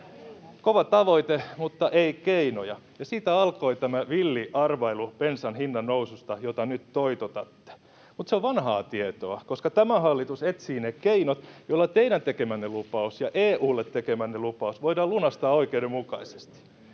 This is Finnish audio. Kova tavoite mutta ei keinoja, ja siitä alkoi tämä villi arvailu bensan hinnannoususta, jota nyt toitotatte. Mutta se on vanhaa tietoa, koska tämä hallitus etsii ne keinot, joilla teidän tekemänne lupaus ja EU:lle tekemänne lupaus voidaan lunastaa oikeudenmukaisesti.